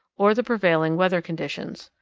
or the prevailing weather conditions.